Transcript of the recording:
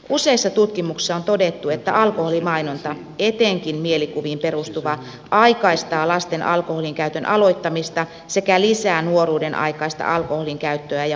useissa tutkimuksissa on todettu että alkoholimainonta etenkin mielikuviin perustuva aikaistaa lasten alkoholinkäytön aloittamista sekä lisää nuoruudenaikaista alkoholinkäyttöä ja humalajuo mista